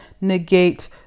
negate